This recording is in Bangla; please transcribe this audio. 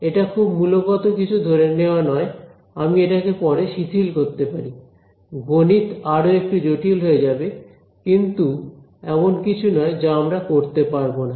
এটা খুব মূলগত কিছু ধরে নেওয়া নয় আমি এটাকে পরে শিথিল করতে পারি গণিত আরও একটু জটিল হয়ে যাবে কিন্তু এমন কিছু নয় যা আমরা করতে পারবো না